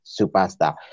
superstar